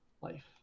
life